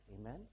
Amen